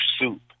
soup